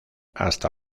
hasta